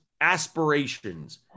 aspirations